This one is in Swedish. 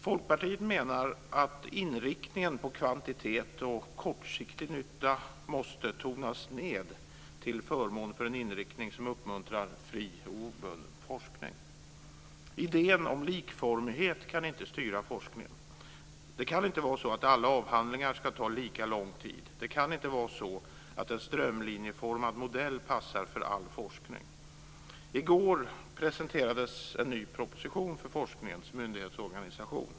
Folkpartiet menar att inriktningen på kvantitet och kortsiktig nytta måste tonas ned till förmån för en inriktning som uppmuntrar till fri och obunden forskning. Idén om likformighet kan inte styra forskningen. Det kan inte vara så att alla avhandlingar ska ta lika lång tid. Det kan inte vara så att en strömlinjeformad modell passar för all forskning. I går presenterades en ny proposition för forskningens myndighetsorganisation.